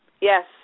Yes